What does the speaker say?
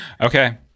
Okay